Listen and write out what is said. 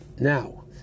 Now